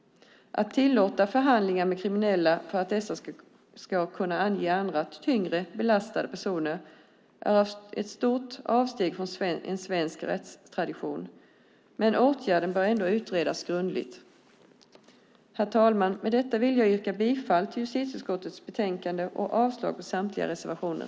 Att tillåta förhandlingar med kriminella för att dessa ska kunna ange andra, tyngre belastade personer är ett stort avsteg från svensk rättstradition, men åtgärden bör ändå utredas grundligt. Herr talman! Med detta vill jag yrka bifall till förslaget i justitieutskottets betänkande och avslag på samtliga reservationer.